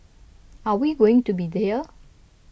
are we going to be there